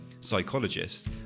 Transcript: psychologist